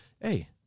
hey